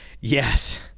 Yes